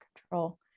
control